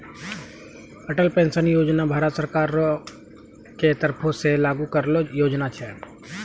Atal pension योजना भारत सरकारो के तरफो से लागू करलो योजना छै